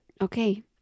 Okay